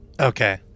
Okay